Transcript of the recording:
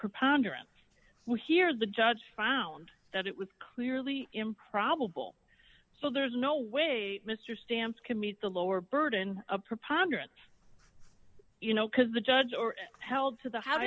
preponderance will hear the judge found that it was clearly improbable so there's no way mr stamps could meet the lower burden a preponderance you know because the judge already held to the how